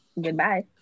Goodbye